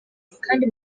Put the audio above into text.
kandi